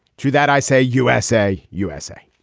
to that i say u s a. u s a.